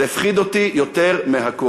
זה הפחיד אותי יותר מהכול.